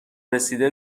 رسیده